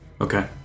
Okay